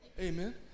Amen